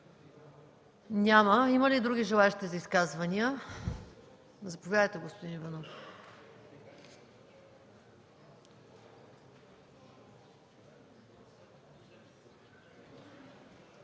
Няма. Има ли други желаещи за изказване? Заповядайте, госпожо Бъчварова.